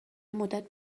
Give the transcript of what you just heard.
مدت